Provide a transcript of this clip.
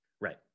right